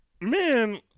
man